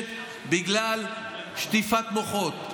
חוששת בגלל שטיפת מוחות: